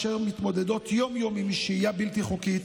אשר מתמודדות יום-יום עם שהייה בלתי חוקית,